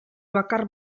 bakar